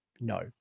no